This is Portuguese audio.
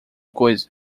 coisa